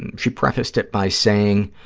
and she prefaced it by saying,